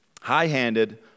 High-handed